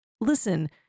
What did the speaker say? listen